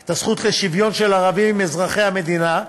את הזכות לשוויון של ערבים אזרחי המדינה.